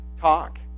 talk